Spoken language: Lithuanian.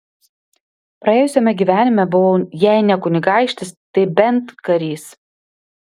praėjusiame gyvenime buvau jei ne kunigaikštis tai bent karys